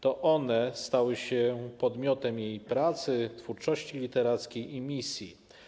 To one stały się podmiotem jej pracy, twórczości literackiej i misji.